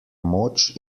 moč